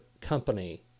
company